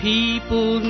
People